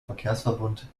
verkehrsverbund